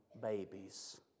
babies